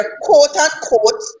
quote-unquote